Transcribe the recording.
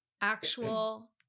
actual